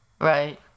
Right